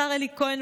של השר אלי כהן.